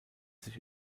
sich